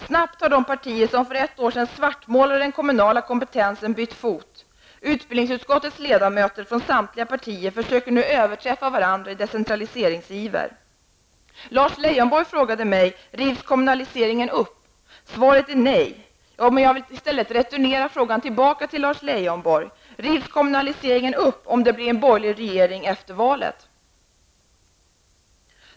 Snabbt har de partier som för ett år sedan svartmålade den kommunala kompetensen bytt fot. Utbildningsutskottets ledamöter, från samtliga partier, försöker nu överträffa varandra i decentraliseringsiver. Lars Leijonborg frågade mig om kommunaliseringsbeslutet kommer att rivas upp. Svaret är nej. Jag vill returnera frågan till Lars Leijonborg: Rivs beslutet om kommunalisering upp om det blir en borgerlig regering efter valet?